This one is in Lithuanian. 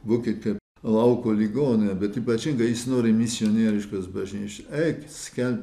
būkite lauko ligoninė bet ypatingai jis nori misionieriškos bažnyčios eikit skelbkit